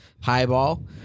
highball